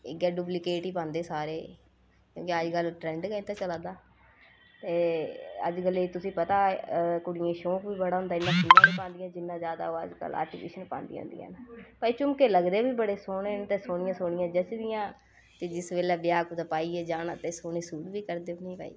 इ'यै डुप्लिकेट ई पांदे सारे क्योंकि अज्जकल ट्रैंड गै इं'दा चला दा एह् अज्जकलै गी तुसें गी पता ऐ कुड़ियें गी शौक बी बड़ा होंदा इन्ना सुन्नां नी पांदियां जिन्नां ज्यादा ओह् अज्जकल आर्टिफिसियल पांदिया होंदियां न भई झुमके लगदे बी बड़े सोह्ने न सोह्नियां सोह्नियां झच्चदियां ते जिस बेल्लै ब्याह् कुत्तै जाना ते सोह्ने सूट बी करदे उ'नेंगी भई